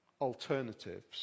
alternatives